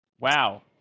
wow